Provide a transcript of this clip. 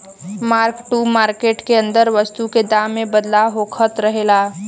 mark to market के अंदर वस्तु के दाम में बदलाव होखत रहेला